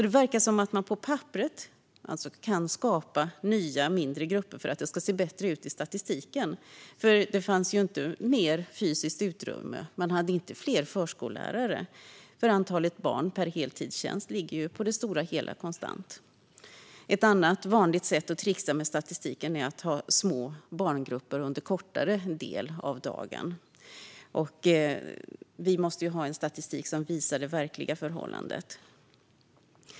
Det verkar som att man på papperet kan skapa nya mindre grupper för att det ska se bättre ut i statistiken. Det fanns inte mer fysiskt utrymme, och det fanns inte fler förskollärare. Antalet barn per heltidstjänst ligger på det stora hela konstant. Ett annat vanligt sätt att trixa med statistiken är att ha små barngrupper under en kortare del av dagen. Men vi måste ha statistik som visar det verkliga förhållandet.